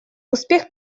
успех